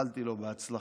איחלתי לו הצלחה.